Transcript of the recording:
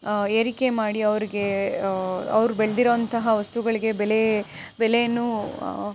ಏರಿಕೆ ಮಾಡಿ ಅವರಿಗೆ ಅವ್ರು ಬೆಳೆದಿರೋಂತಹ ವಸ್ತುಗಳಿಗೆ ಬೆಲೆ ಬೆಲೆನೂ